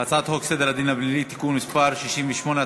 הצעת חוק סדר הדין הפלילי (תיקון מס' 68),